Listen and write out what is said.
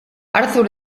arthur